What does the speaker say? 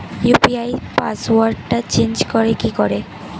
UPI পাসওয়ার্ডটা change করে কি করে?